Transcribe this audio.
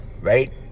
right